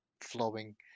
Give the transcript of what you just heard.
flowing